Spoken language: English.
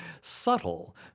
subtle